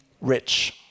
rich